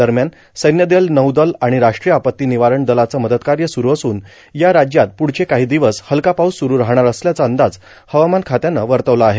दरम्यान सैन्यदल नौदल आणि राष्ट्रीय आपत्ती निवारण दलाचं मदतकार्य सुरू असून या राज्यात पुढवे काही दिवस हल्का पाऊस सुरू राहणार असल्याचं अंदाज हवामानखात्यानं वर्तवला आहे